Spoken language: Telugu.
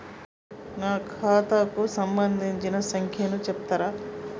నా ఖాతా కు సంబంధించిన సంఖ్య ను చెప్తరా?